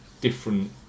different